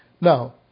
Now